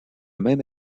même